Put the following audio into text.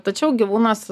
tačiau gyvūnas